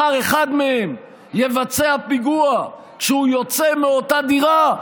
אם אחד מהם יבצע פיגוע מחר כשהוא יוצא מאותה דירה,